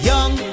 Young